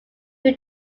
who